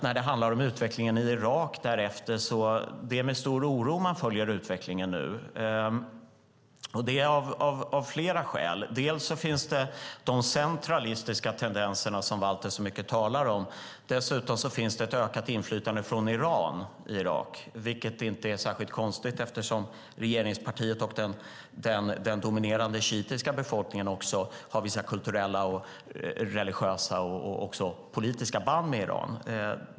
När det handlar om utvecklingen i Irak därefter är det med stor oro man nu följer utvecklingen, och det av flera skäl. Dels finns de centralistiska tendenserna, som Valter talar så mycket om. Dels finns det ett ökat inflytande från Iran i Irak, vilket inte är särskilt konstigt eftersom regeringspartiet och den dominerande shiitiska befolkningen har vissa kulturella, religiösa och politiska band med Iran.